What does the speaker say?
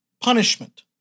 punishment